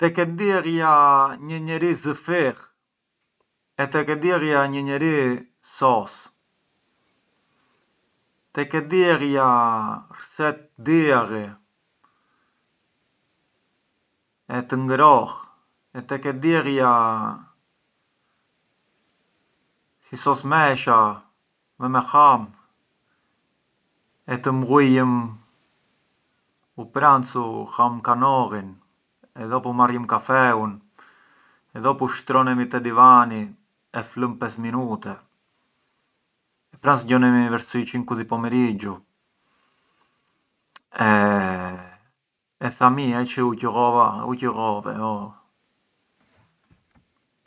Më përqen më shumë të vete te tiatri, përçë di opera ngë jam ndutu espertu, inveci te tiatri ngë ka jeç espertu, sa gjegje, sheh atë çë suçidhir e divërtire.